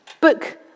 book